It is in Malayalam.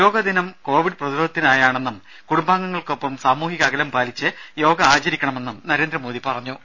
യോഗദിനം കോവിഡ് പ്രതിരോധത്തിനായാണെന്നും കുടുംബാംഗങ്ങൾക്കൊപ്പം സാമൂഹിക അകലം പാലിച്ച് യോഗ ആചരിക്കണമെന്നും നരേന്ദ്രമോദി പറഞ്ഞു